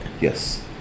Yes